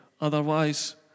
otherwise